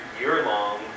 year-long